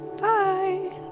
Bye